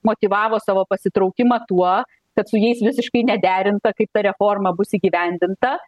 motyvavo savo pasitraukimą tuo kad su jais visiškai nederinta kaip ta reforma bus įgyvendinta